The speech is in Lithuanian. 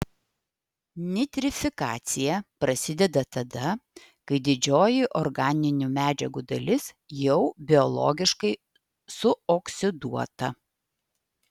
nitrifikacija prasideda tada kai didžioji organinių medžiagų dalis jau biologiškai suoksiduota